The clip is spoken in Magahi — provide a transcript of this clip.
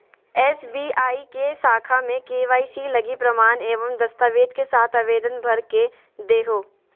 एस.बी.आई के शाखा में के.वाई.सी लगी प्रमाण एवं दस्तावेज़ के साथ आवेदन भर के देहो